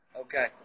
Okay